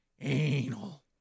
Anal